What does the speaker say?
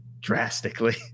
drastically